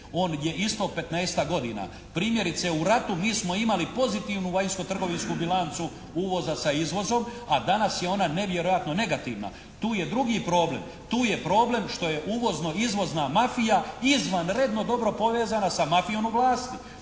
On je isto 15-ak godina. Primjerice u ratu mi smo imali pozitivnu vanjsko-trgovinsku bilancu uvoza sa izvozom, a danas je ona nevjerojatno negativna. Tu je drugi problem. Tu je problem što je uvozno-izvozna mafija izvanredno dobro povezana sa mafijom u vlasti.